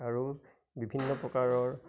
আৰু বিভিন্ন প্ৰকাৰৰ